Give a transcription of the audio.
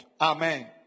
Amen